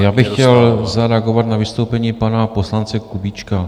Já bych chtěl zareagovat na vystoupení pana poslance Kubíčka.